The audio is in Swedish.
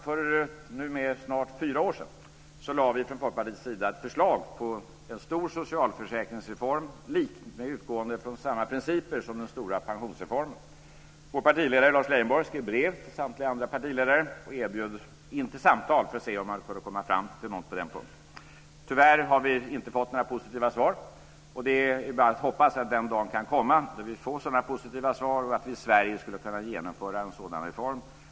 För snart fyra år sedan lade vi från Folkpartiets sida ett förslag på en stor socialförsäkringsreform utgående från samma principer som den stora pensionsreformen. Vår partiledare Lars Leijonborg skrev brev till samtliga andra partiledare och bjöd in till samtal för att se om man kunde komma fram till någonting på den punkten. Tyvärr har vi inte fått några positiva svar. Det är bara att hoppas att den dagen kan komma då vi får sådana positiva svar och att vi i Sverige skulle kunna genomföra en sådan reform.